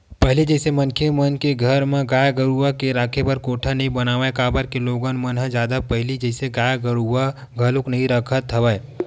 पहिली जइसे मनखे मन के घर म गाय गरु के राखे बर कोठा नइ बनावय काबर के लोगन मन ह जादा पहिली जइसे गाय गरुवा घलोक नइ रखत हवय